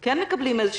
כן מקבלים איזו